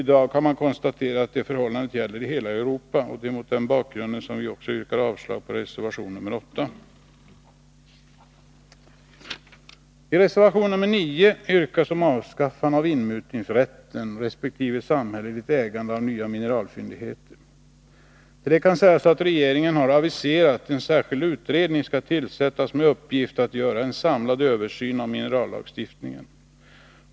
I dag kan man konstatera att detta förhållande gäller i hela Europa. Det är mot den bakgrunden som vi också yrkar avslag på reservation 8. Till detta kan sägas att regeringen har aviserat att en särskild utredning skall tillsättas med uppgift att göra en samlad översyn av minerallagstiftningen.